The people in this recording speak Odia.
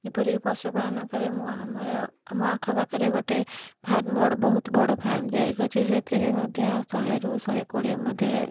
ଯେପରିକି ପଶୁପାଳନ କଲେ ମୁଁ ଆମର ଆମ ଆଖପାଖରେ ଗୋଟେ ଫାର୍ମ ବଡ଼ ବହୁତ ବଡ଼ ଫାର୍ମ ତିଆରି କରିଛି ସେଥିରେ ମଧ୍ୟ ଶହେରୁ ଶହେକୋଡ଼ିଏ ମଧ୍ୟରେ